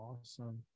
awesome